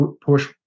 push